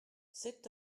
cet